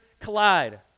collide